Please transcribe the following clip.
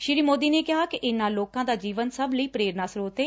ਸ੍ਰੀ ਮੋਦੀ ਨੇ ਕਿਹਾ ਕਿ ਇਨਾ ਲੋਕਾ ਦਾ ਜੀਵਨ ਸਭ ਲਈ ਪ੍ਰੇਰਨਾ ਸ੍ਰੋਤ ਹੈ